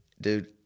Dude